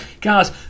Guys